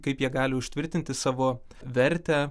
kaip jie gali užtvirtinti savo vertę